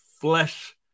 flesh